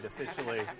officially